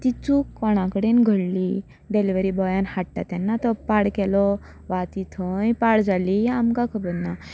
ती चूक कोणा कडेन घडली डेलीवरी बॉयान हाडटा तेन्ना तो पाड केलो वा ती थंय पाड जाली आमकां खबर ना